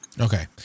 Okay